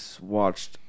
Watched